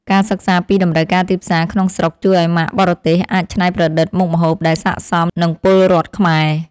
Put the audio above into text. ការសិក្សាពីតម្រូវការទីផ្សារក្នុងស្រុកជួយឱ្យម៉ាកបរទេសអាចច្នៃប្រឌិតមុខម្ហូបដែលស័ក្តិសមនឹងពលរដ្ឋខ្មែរ។